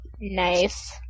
nice